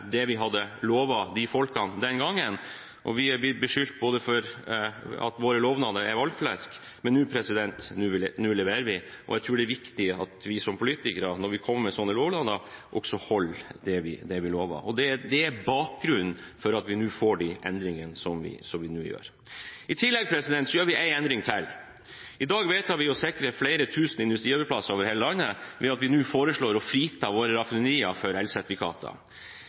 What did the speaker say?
det vi hadde lovet disse aktørene den gangen, og vi har blitt beskyldt for at våre lovnader var valgflesk. Men nå leverer vi, og jeg tror det er viktig at vi som politikere, når vi kommer med slike lovnader, også holder det vi lover. Det er bakgrunnen for de endringene vi nå gjør. I tillegg gjør vi en endring til. I dag vedtar vi å sikre flere tusen industriarbeidsplasser over hele landet ved at vi nå foreslår å frita våre raffinerier for elsertifikater.